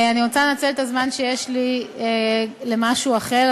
אני רוצה לנצל את הזמן שיש לי למשהו אחר.